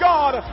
God